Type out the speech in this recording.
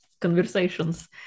conversations